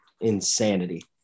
insanity